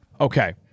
Okay